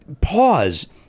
pause